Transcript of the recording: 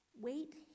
wait